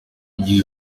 igihe